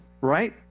Right